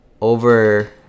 over